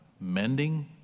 mending